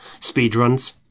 speedruns